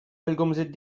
pellgomzet